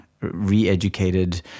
re-educated